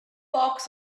pox